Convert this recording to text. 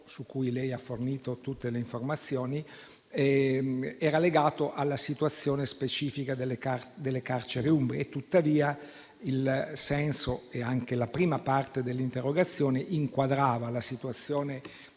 su cui lei ha fornito tutte le informazioni era riferito alla situazione specifica delle carceri umbre e, tuttavia, la prima parte dell'interrogazione inquadrava la situazione